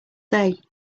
day